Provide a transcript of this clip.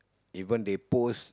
even they post